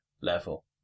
level